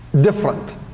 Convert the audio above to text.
different